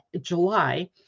July